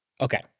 okay